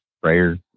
prayer